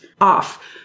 off